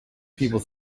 people